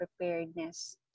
preparedness